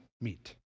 meet